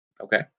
Okay